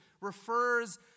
refers